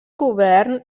govern